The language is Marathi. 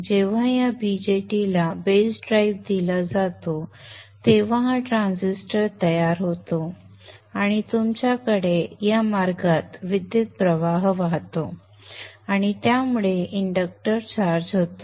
जेव्हा या BJT ला बेस ड्राइव्ह दिला जातो तेव्हा हा ट्रान्झिस्टर तयार होतो आणि तुमच्याकडे या मार्गात करंट वाहतो आणि त्यामुळे इंडक्टर चार्ज होतो